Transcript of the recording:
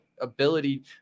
ability